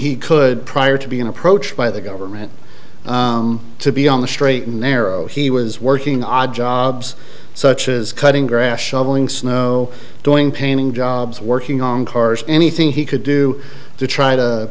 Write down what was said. he could prior to being approached by the government to be on the straight and narrow he was working odd jobs such as cutting grass shoveling snow doing painting jobs working on cars anything he could do to try to